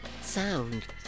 sound